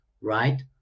right